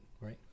right